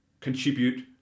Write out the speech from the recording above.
contribute